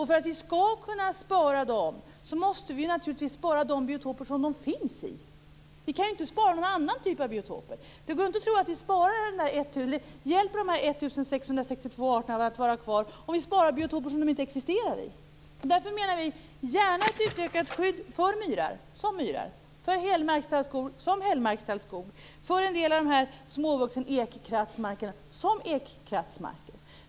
För att kunna göra det måste vi naturligtvis spara de biotoper som de finns i. Vi kan inte spara någon annan typ av biotoper. Det hjälper ju inte de 1 662 arterna att vara kvar om vi sparar biotoper som de inte existerar i. Därför säger vi: Gärna ett utökat skydd för myrar som myrar, för hällmarkstallskog som hällmarkstallskog och för en del av markerna med småvuxet ekkratt som ekkrattsmarker.